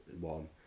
one